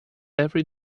every